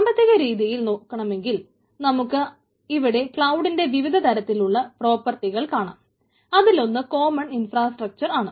സാമ്പത്തിക രീതിയിൽ നോക്കണമെങ്കിൽ നമുക്ക് ഇവിടെ ക്ലൌഡിൻറെ വിവിധ തരത്തിൽ ഉള്ള പ്രോപ്പർട്ടികൾ ആണ്